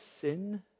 sin